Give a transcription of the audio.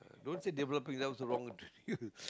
don't say developing that is the wrong